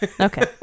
Okay